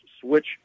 switch